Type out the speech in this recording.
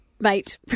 Mate